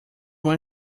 when